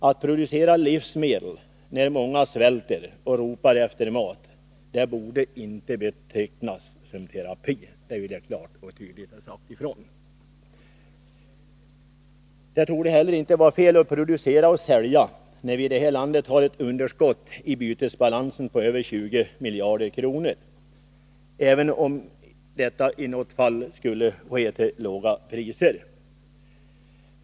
Att producera livsmedel när många svälter och ropar efter mat borde inte betecknas som terapi — det vill jag klart och tydligt ha sagt. Det torde inte heller vara fel att producera och sälja livsmedel när vi i det här landet har ett underskott i bytesbalansen på över 20 miljarder kronor, även om försäljningen i något fall skulle ske till låga priser.